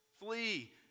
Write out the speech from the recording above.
flee